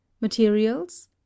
Materials